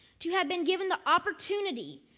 to have been given the opportunity,